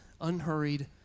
unhurried